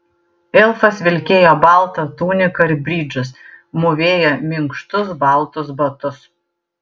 elfas vilkėjo baltą tuniką ir bridžus mūvėjo minkštus baltus batus